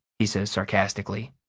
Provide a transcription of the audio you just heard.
he says sarcastically.